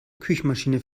küchenmaschine